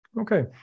Okay